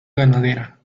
ganadera